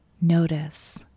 Notice